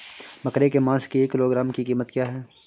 बकरे के मांस की एक किलोग्राम की कीमत क्या है?